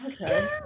Okay